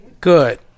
Good